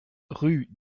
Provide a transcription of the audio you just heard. rue